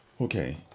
Okay